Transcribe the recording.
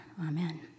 Amen